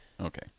Okay